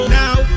now